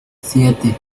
siete